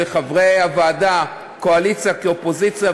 לחברי הוועדה, קואליציה כאופוזיציה.